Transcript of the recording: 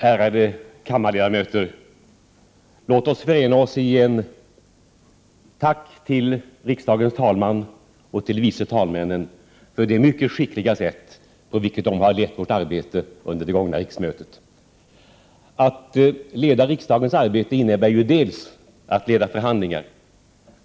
Ärade kammarledamöter! Låt oss förena oss i ett tack till riksdagens talman och de vice talmännen för det mycket skickliga sätt på vilket de har lett vårt arbete under det gångna riksmötet. Att leda riksdagens arbete innebär ju bl.a. att leda förhandlingar.